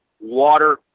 water